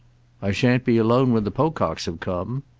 i shan't be alone when the pococks have come.